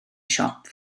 siop